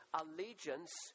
allegiance